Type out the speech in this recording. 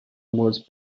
was